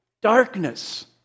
Darkness